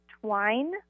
Twine